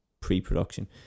pre-production